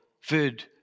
food